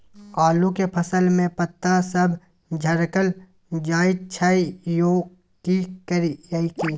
आलू के फसल में पता सब झरकल जाय छै यो की करियैई?